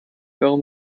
warum